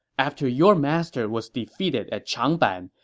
after your master was defeated at changban,